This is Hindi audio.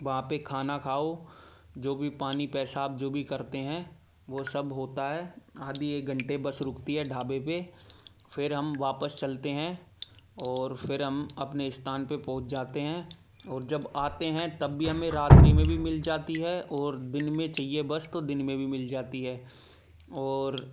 वहाँ पर खाना खाओ जो भी पानी पेशाब जो भी करते हैं वह सब होता है आधे एक घंटे बस रूकती है ढाबे पर फ़िर हम वापस चलते हैं और फ़िर हम अपने स्थान पर पहुँच जाते हैं और जब आते हैं तब भी हमें रात्रि में भी मिल जाती है और दिन में चाहिए बस तो दिन में भी मिल जाती है और